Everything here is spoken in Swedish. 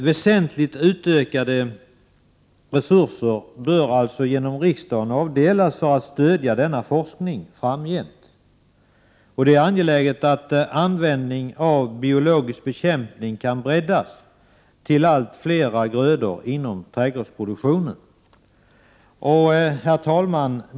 Väsentligt utökade resurser bör alltså genom riksdagen avdelas för att stödja denna forskning framgent. Det är angeläget att användningen av biologisk bekämpning kan breddas till allt fler grödor inom trädgårdsproduktionen. Herr talman!